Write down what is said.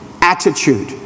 attitude